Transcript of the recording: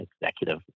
executive